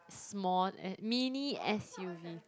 small and mini s_u_v